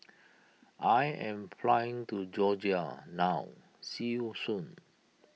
I am flying to Georgia now see you soon